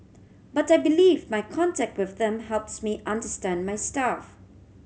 but I believe my contact with them helps me understand my staff